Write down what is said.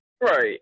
right